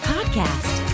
Podcast